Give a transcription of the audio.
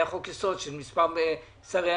היה חוק יסוד לגבי מספר שרי ממשלה,